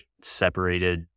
separated